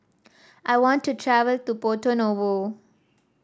I want to travel to Porto Novo